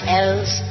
else